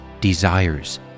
desires